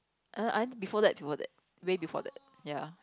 err I mean before that before that way before that ya